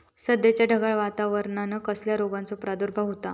सध्याच्या ढगाळ वातावरणान कसल्या रोगाचो प्रादुर्भाव होता?